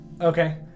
Okay